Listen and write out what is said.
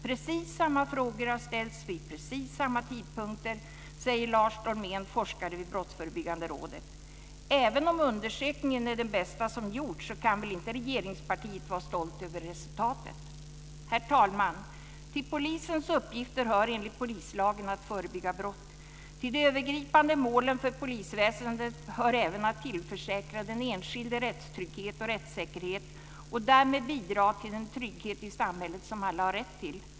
Precis samma frågor har ställts vid precis samma tidpunkter", säger Lars Dolmén, forskare vid Brottsförebyggande rådet. Även om undersökningen är den bästa som gjorts kan väl inte regeringspartiet vara stolt över resultatet? Herr talman! Till polisens uppgifter hör enligt polislagen att förebygga brott. Till de övergripande målen för polisväsendet hör även att tillförsäkra den enskilde rättstrygghet och rättssäkerhet och därmed bidra till den trygghet i samhället som alla har rätt till.